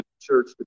church